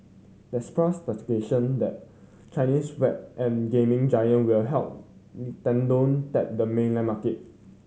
that spurred speculation the Chinese web and gaming giant will help Nintendo tap the mainland market